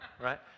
Right